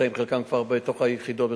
שחלקם כבר בתוך היחידות,